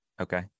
okay